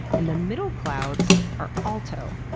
and the middle clouds are alto,